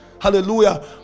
Hallelujah